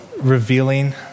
revealing